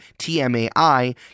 TMAI